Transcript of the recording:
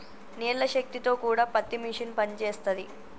నీళ్ల శక్తి తో కూడా పత్తి మిషన్ పనిచేస్తది